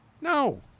No